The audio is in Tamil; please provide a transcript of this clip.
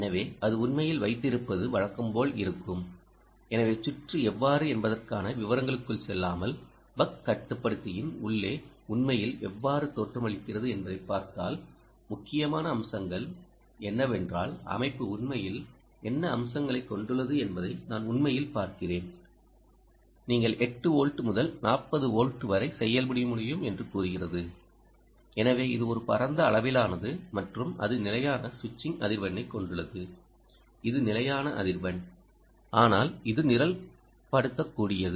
எனவே அது உண்மையில் வைத்திருப்பது வழக்கம் போல் இருக்கும் எனவே சுற்று எவ்வாறு என்பதற்கான விவரங்களுக்குள் செல்லாமல் பக் கட்டுப்படுத்தியின் உள்ளே உண்மையில் எவ்வாறு தோற்றமளிக்கிறது என்பதை பார்த்தால் முக்கியமான அம்சங்கள் என்னவென்றால் அமைப்பு உண்மையில் என்ன அம்சங்களைக் கொண்டுள்ளது என்பதை நான் உண்மையில் பார்க்கிறேன் நீங்கள்8 வோல்ட் முதல் 40 வோல்ட் வரை செயல்பட முடியும் என்று கூறுகிறது எனவே இது ஒரு பரந்த அளவிலானது மற்றும் அது நிலையான சுவிட்சிங் அதிர்வெண்ணைக் கொண்டுள்ளது இது நிலையான அதிர்வெண் ஆனால் இது நிரல்படுத்தக்கூடியது